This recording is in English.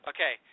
Okay